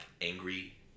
angry